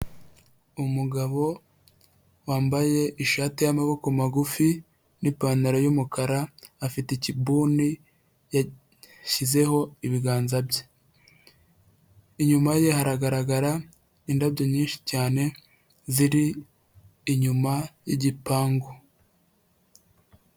Umugabo wambaye ishati y'amaboko magufi n'ipantaro y'umukara afite ikibuni yashyizeho ibiganza bye, inyuma ye hagaragara indabyo nyinshi cyane ziri inyuma y'igipangu.